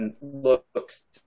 looks